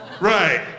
Right